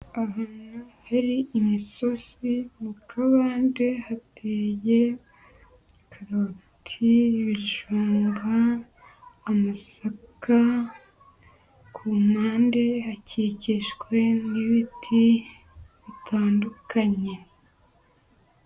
Ahantu hari imisozisi mu kabande, hateye karoti, ibijumba, amasaka, ku mpande hakikijwe n'ibiti bitandukanye.